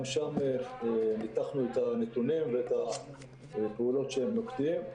שם ניתחנו את הנתונים ואת הפעולות שהם נוקטים.